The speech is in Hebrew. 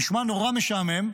נשמע נורא משעמם,